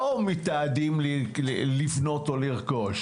מאות אלפי בתים, וכמעט לא מימשו את הערבות